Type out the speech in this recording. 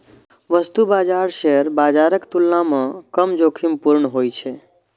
वस्तु बाजार शेयर बाजारक तुलना मे कम जोखिमपूर्ण होइ छै